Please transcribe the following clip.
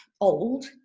old